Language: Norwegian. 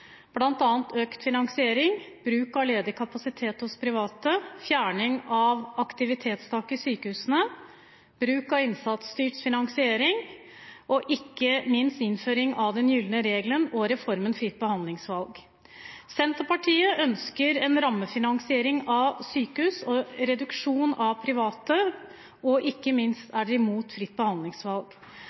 bl.a. økt finansiering, bruk av ledig kapasitet hos private, fjerning av aktivitetstaket i sykehusene, bruk av innsatsstyrt finansiering og ikke minst innføring av den gylne regel og reformen Fritt behandlingsvalg. Senterpartiet ønsker en rammefinansiering av sykehus og reduksjon av private, og ikke minst er de imot fritt behandlingsvalg.